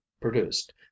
produced